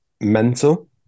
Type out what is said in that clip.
mental